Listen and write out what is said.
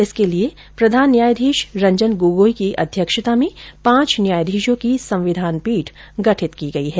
इसके लिए प्रधान न्यायाधीश रंजन गोगोई की अध्यक्षता में पांच न्यायाधीशों की संविधान पीठ गठित की गई है